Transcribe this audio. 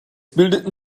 bildeten